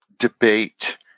Debate